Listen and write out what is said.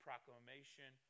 Proclamation